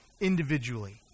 individually